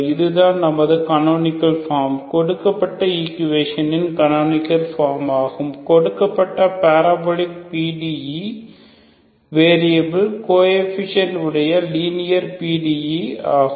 இது தான் நமது கனோனிகள் ஃபார்ம் கொடுக்கப்பட்ட ஈக்குவேசனின் கனோனிகள் ஃபார்ம் ஆகும் கொடுக்கப்பட்ட பாரபொலிக் PDE வெரியபில் கோயேபிசியன்ட் உடைய லீனியர் PDE ஆகும்